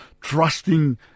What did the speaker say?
trusting